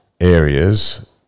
areas